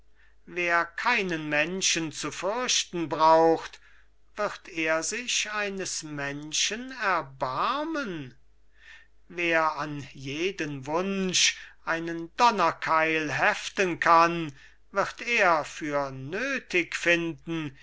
wer keinen menschen zu fürchten braucht wird er sich eines menschen erbarmen wer an jeden wunsch einen donnerkeil heften kann wird er für nötig finden